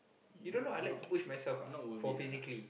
you don't know I like to push myself ah for physically